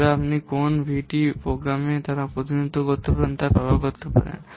তবে আপনি কোন ভিটি প্রোগ্রামের আকারের প্রতিনিধিত্ব করতে পারেন তা ব্যবহার করতে পারেন